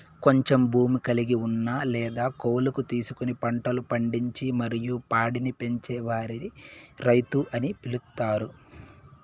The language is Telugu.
కొంచెం భూమి కలిగి ఉన్న లేదా కౌలుకు తీసుకొని పంటలు పండించి మరియు పాడిని పెంచే వారిని రైతు అని పిలుత్తారు